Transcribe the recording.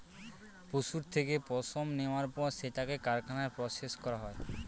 পশুর থেকে পশম নেওয়ার পর সেটাকে কারখানায় প্রসেস করা হয়